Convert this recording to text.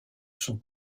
sont